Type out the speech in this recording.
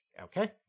okay